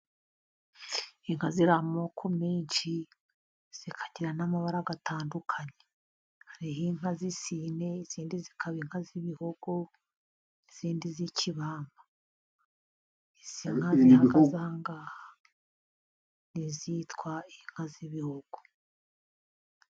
Inka ziri amoko menshi, zikagira n'amabara atandukanye, hari inka z'isine, izindi zikaba inka z'ibihogo, izindi z'ikibamba. Izi nka zihagaze aha ngaha ni izitwa inka z'ibihogo.